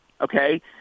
okay